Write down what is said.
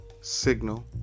signal